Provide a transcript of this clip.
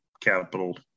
capital